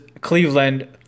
Cleveland